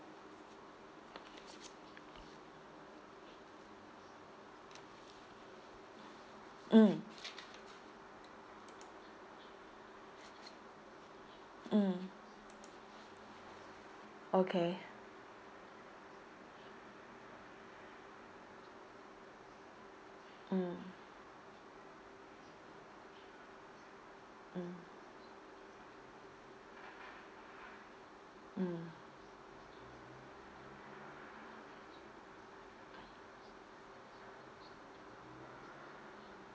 mm mm okay mm mm mm